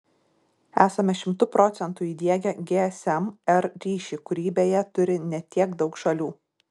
esame šimtu procentų įdiegę gsm r ryšį kurį beje turi ne tiek daug šalių